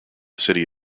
city